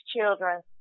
children